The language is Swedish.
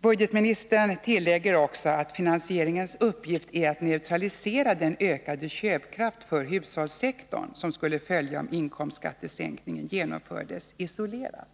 Budgetministern tillägger också att finansieringens uppgift är att neutralisera den ökade köpkraft för hushållssektorn som skulle följa om inkomstskattesänkningen genomfördes isolerat.